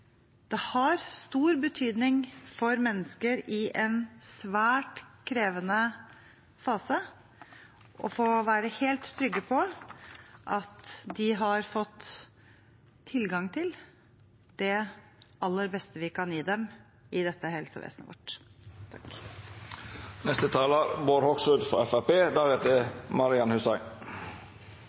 det har stor betydning for mennesker i en svært krevende fase å kunne være helt trygg på at de har fått tilgang til det aller beste vi kan gi dem i helsevesenet vårt.